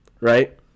right